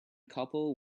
couple